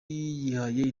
yihaye